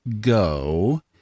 go